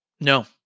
No